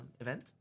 event